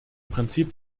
prinzip